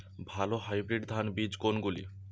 ভালো হাইব্রিড ধান বীজ কোনগুলি?